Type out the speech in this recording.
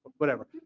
whatever,